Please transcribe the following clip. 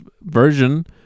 version